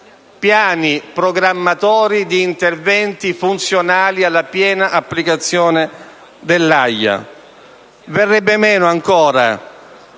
piani programmatori di interventi funzionali alla piena applicazione dell'AIA. Verrebbe meno, ancora,